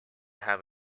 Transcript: have